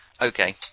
Okay